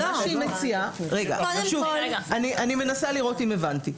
אני מנסה לראות אם הבנתי.